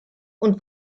und